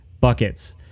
buckets